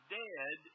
dead